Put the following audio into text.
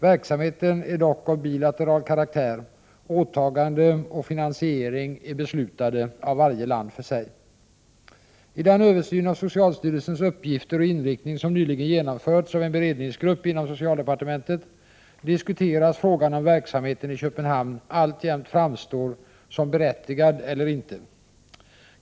Verksamheten är dock av bilateral karaktär; åtagande och finansiering är beslutade av varje land för sig. I den översyn av socialstyrelsens uppgifter och inriktning som nyligen genomförts av en beredningsgrupp inom socialdepartementet diskuteras frågan, om verksamheten i Köpenhamn alltjämt framstår som berättigad eller inte.